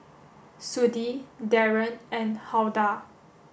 Sudie Darron and Huldah